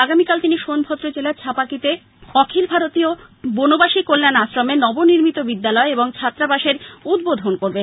আগামীকাল তিনি সোনভদ্র জেলার ছাপাকিতে অখিল ভারতীয় বনবাসী কল্যাণ আশ্রমের নব নির্মিত বিদ্যালয় এবং ছাত্রাবাসের উদ্বোধন করবেন